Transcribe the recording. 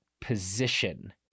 position